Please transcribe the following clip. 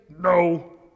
no